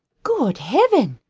good heaven!